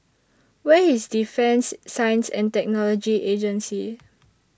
Where IS Defence Science and Technology Agency